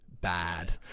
bad